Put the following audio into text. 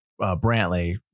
Brantley